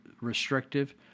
restrictive